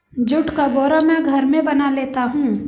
जुट का बोरा मैं घर में बना लेता हूं